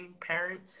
parent